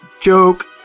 Joke